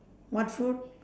what food